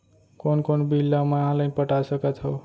कोन कोन बिल ला मैं ऑनलाइन पटा सकत हव?